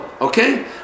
okay